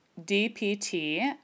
DPT